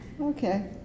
Okay